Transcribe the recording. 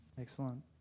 Excellent